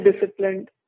disciplined